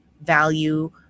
value